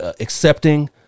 accepting